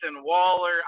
Waller